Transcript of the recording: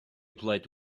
played